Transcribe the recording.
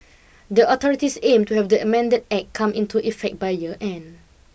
the authorities aim to have the amended act come into effect by year end